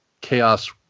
chaos